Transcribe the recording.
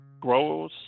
grows